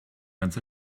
ganz